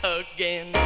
again